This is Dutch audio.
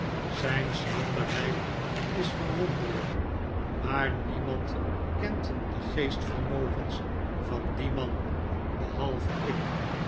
zijn schranderheid is verwonderlijk maar niemand kent de geestvermogens van dien man behalve ik